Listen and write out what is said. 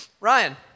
ryan